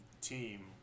team